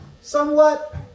somewhat